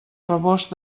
rebost